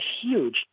huge